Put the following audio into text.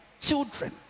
children